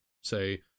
Say